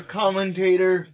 commentator